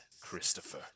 Christopher